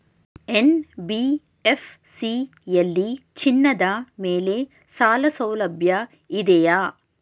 NBFC ಯಲ್ಲಿ ಚಿನ್ನದ ಮೇಲೆ ಸಾಲಸೌಲಭ್ಯ ಇದೆಯಾ?